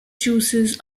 juices